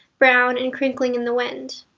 brown and crinkling in the wind.